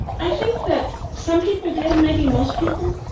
i think that some people did. maybe most people.